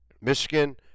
Michigan